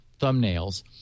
thumbnails